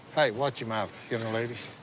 hey watch your mouth young lady.